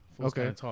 Okay